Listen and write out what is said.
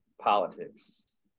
Politics